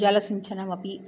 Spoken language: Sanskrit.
जलसिञ्चनमपि